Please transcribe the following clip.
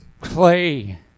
clay